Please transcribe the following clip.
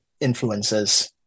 influences